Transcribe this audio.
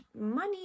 money